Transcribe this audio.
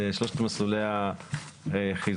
שלושת מסלולי החיזוק,